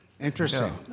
Interesting